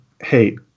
hey